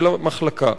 של המחלקה.